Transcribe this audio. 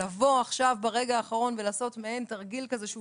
לבוא עכשיו ברגע האחרון ולעשות מעין תרגיל כזה שהוא